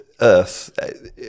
earth